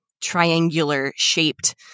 triangular-shaped